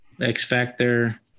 X-Factor